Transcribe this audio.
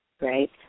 right